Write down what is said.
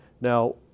Now